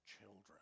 children